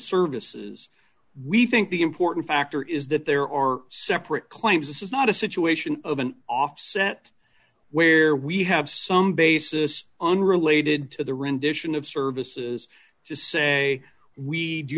services we think the important factor is that there are separate claims this is not a situation of an offset where we have some basis unrelated to the rendition of services to say we do